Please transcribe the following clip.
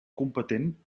competent